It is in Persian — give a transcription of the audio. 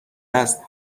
است